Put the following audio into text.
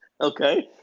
okay